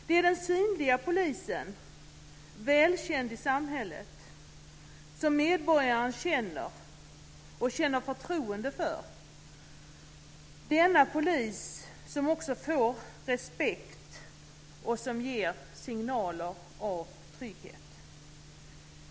Det är den synliga polisen, välkänd i samhället, som medborgarna känner och känner förtroende för, som också får respekt och som ger signaler om trygghet.